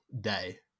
day